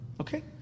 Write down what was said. Okay